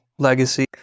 legacy